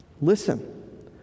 Listen